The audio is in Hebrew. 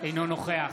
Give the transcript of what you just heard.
אינו נוכח